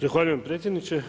Zahvaljujem predsjedniče.